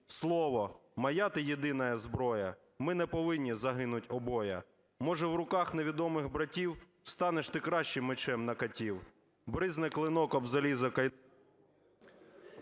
Слово, моя ти єдина зброє, Ми не повинні загинуть обоє! Може, в руках невідомих братів Станеш ти кращим мечем на катів. Брязне клинок об залізо